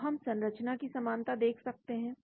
तो हम संरचना की समानता देख सकते हैं